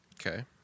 Okay